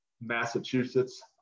Massachusetts